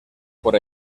por